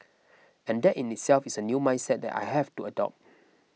and that in itself is a new mindset that I have to adopt